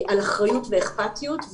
על אחריות ואכפתיות,